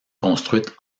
construite